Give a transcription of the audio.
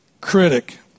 critic